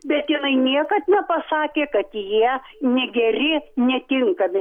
bet jinai niekad nepasakė kad jie negeri netinkami